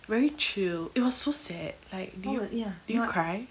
very chill it was so sad like did you did you cry